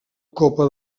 copa